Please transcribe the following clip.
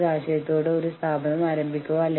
വളരെ ലളിതമാണ് ഇത് സ്വയം വിശദീകരിക്കുന്നതാണ്